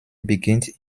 beginnt